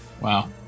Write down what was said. Wow